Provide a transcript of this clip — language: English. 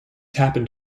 happened